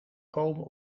komen